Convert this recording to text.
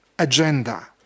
Agenda